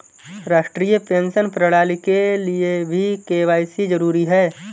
राष्ट्रीय पेंशन प्रणाली के लिए भी के.वाई.सी जरूरी है